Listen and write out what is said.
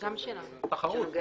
אושר.